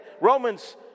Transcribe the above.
Romans